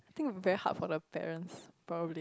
I think very hard for the parents probably